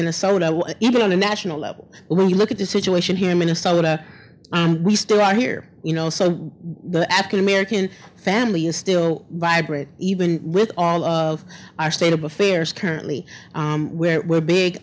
minnesota even on a national level when you look at the situation here in minnesota we still are here you know so the african american family is still vibrant even with all of our state of affairs currently where we're big